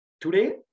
Today